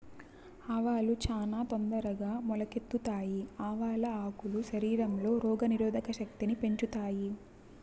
ఆవాలు చానా తొందరగా మొలకెత్తుతాయి, ఆవాల ఆకులు శరీరంలో రోగ నిరోధక శక్తిని పెంచుతాయి